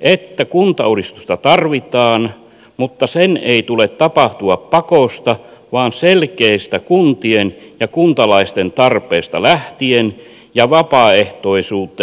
että kuntauudistusta tarvitaan mutta sen ei tule tapahtua pakosta vaan selkeistä kuntien ja kuntalaisten tarpeista lähtien ja vapaaehtoisuuteen perustuen